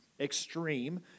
Extreme